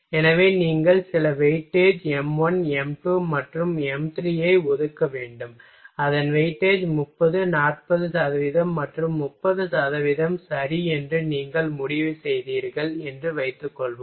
எனவே நீங்கள் சில வெயிட்டேஜ் m1 m2 மற்றும் m3 ஐ ஒதுக்க வேண்டும் அதன் வெயிட்டேஜ் 30 40 சதவீதம் மற்றும் 30 சதவீதம் சரி என்று நீங்கள் முடிவு செய்தீர்கள் என்று வைத்துக்கொள்வோம்